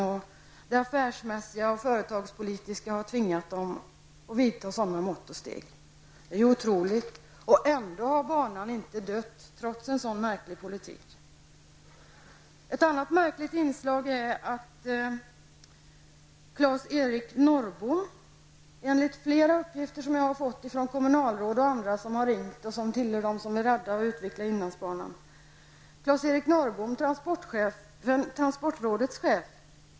Företagspolitiken och att det skall drivas affärsmässigt har tvingat dem att vidta sådana mått och steg. Det är otroligt, och ändå har banan inte dött, trots en sådan märklig politik. Ett annat märkligt inslag är att Claes-Eric Norrbom, transportrådets chef, har ringt till medlemmar i IEF och sagt att de måste betala hela banunderhållet på 60 milj.kr. som banverket tidigare har betalat.